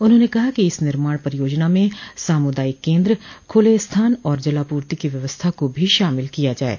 उन्होंने कहा कि इस निर्माण परियोजना में सामुदायिक केन्द्र खुले स्थान और जलापूर्ति की व्यवस्था को भी शामिल किया जाये